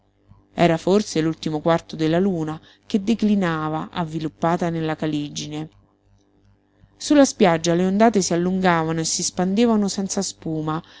era forse l'ultimo quarto della luna che declinava avviluppata nella caligine su la spiaggia le ondate si allungavano e si spandevano senza spuma